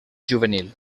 juvenil